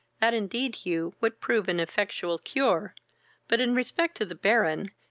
that, indeed, hugh, would prove an effectual cure but, in respect to the baron,